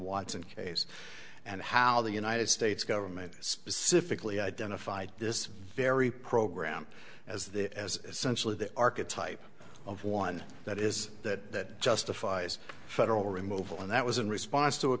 watson case and how the united states government specifically identified this very program as the as centrally the archetype of one that is that justifies federal removal and that was in response to a